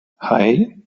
hei